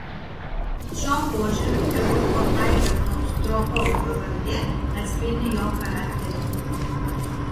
šiuo požiūriu chirurgo algirdo stropaus pavardė atspindi jo charakterį